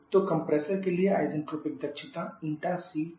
तो कंप्रेसर के लिए isentropic दक्षता ηc है